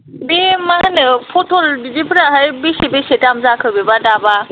बे मा होनो पटल बिदिफोराहाय बेसे बेसे दाम जाखो बेबा दाबा